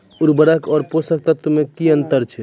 उर्वरक आर पोसक तत्व मे की अन्तर छै?